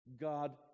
God